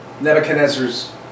Nebuchadnezzar's